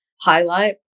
highlight